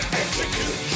execute